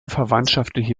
verwandtschaftliche